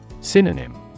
Synonym